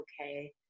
okay